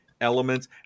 elements